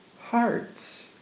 hearts